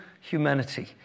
humanity